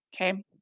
Okay